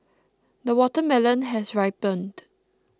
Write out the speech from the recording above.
the watermelon has ripened